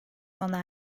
sona